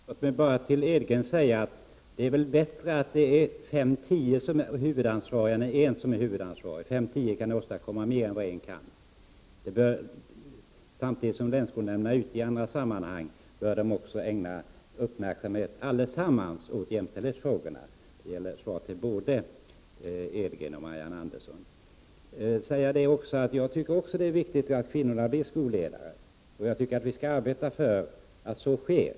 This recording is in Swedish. Herr talman! Låt mig bara säga till Margitta Edgren: Det är väl bättre att fem tio personer är huvudansvariga än att en person är det. Fem tio personer kan åstadkomma mer än en person. Samtidigt som länsskolnämnderna är aktiva i andra sammanhang bör alla som arbetar där ägna uppmärksamhet åt jämställdhetsfrågorna. Detta är svar till både Margitta Edgren och Marianne Andersson. Jag tycker också att det är viktigt att kvinnor blir skolledare. Jag tycker att vi skall arbeta för att så sker.